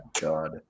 God